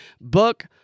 book